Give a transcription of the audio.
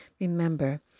Remember